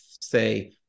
say